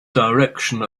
direction